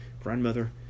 Grandmother